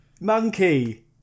Monkey